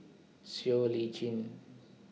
Siow Lee Chin